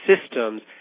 systems